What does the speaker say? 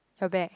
her bear